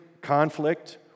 conflict